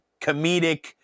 comedic